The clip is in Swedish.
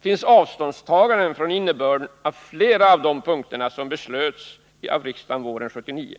finns avståndstaganden från innebörden i flera av de punkter som riksdagen beslöt om på våren 1979.